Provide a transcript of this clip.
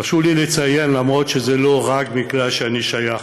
הרשו לי לציין, אף שזה לא רק בגלל שאני שייך